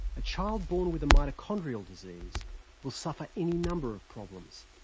a child born with a mitochondrial disease will suffer any number of problems,